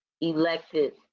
elected